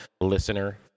Listener